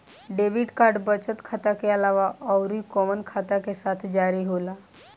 Debit card बचत खाता के अलावा अउरकवन खाता के साथ जारी होला?